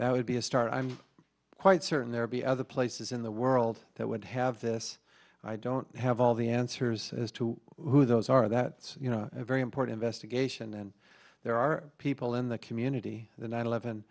that would be a start i'm quite certain there be other places in the world that would have this i don't have all the answers as to who those are that's you know a very important best a geisha and there are people in the community the nine eleven